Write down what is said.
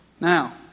Now